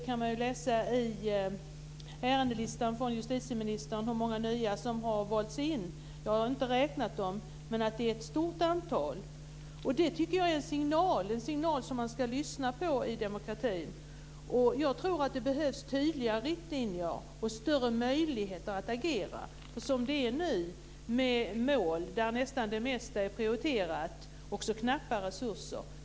Man kan läsa i ärendelistan från justitieministern hur många nya som har valts in. Jag har inte räknat dem, men det är ett stort antal. Jag tycker att detta är en signal som man ska lyssna på i en demokrati. Jag tror också att det behövs tydligare riktlinjer och större möjligheter att agera också som det är nu, med mål där nästan det mesta är prioriterat och man har knappa resurser.